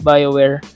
Bioware